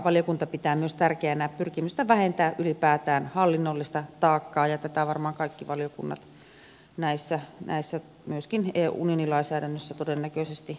valiokunta pitää myös tärkeänä pyrkimystä vähentää ylipäätään hallinnollista taakkaa ja tätä varmaan kaikki valiokunnat myöskin unionilainsäädännössä todennäköisesti toivovat